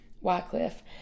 Wycliffe